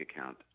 account